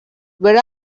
where